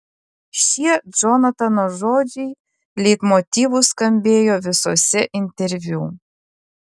šie džonatano žodžiai leitmotyvu skambėjo visuose interviu